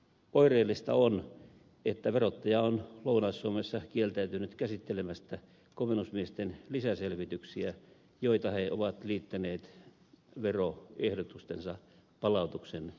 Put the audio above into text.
oireellista on että verottaja on lounais suomessa kieltäytynyt käsittelemästä komennusmiesten lisäselvityksiä joita he ovat liittäneet veroehdotustensa palautuksen yhteyteen